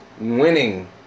Winning